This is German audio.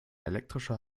elektrischer